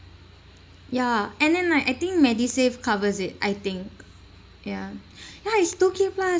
ya and then like I think medisave covers it I think ya ya is two K plus